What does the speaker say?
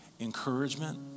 encouragement